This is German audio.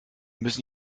müssen